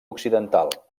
occidental